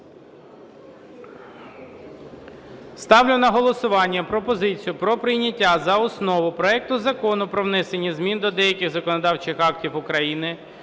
Ставлю на голосування пропозицію про прийняття за основу проекту Закону про внесення змін до деяких законодавчих актів України